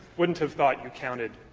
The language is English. wouldn't have thought you counted,